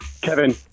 Kevin